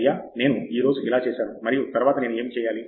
అయ్యా నేను ఈ రోజు ఇలా చేశాను మరియు తరువాత నేను ఏమి చేయాలి